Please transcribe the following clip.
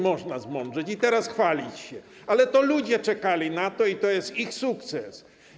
Można zmądrzeć i teraz chwalić się, ale to ludzie czekali na to i to jest ich sukces.